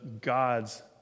God's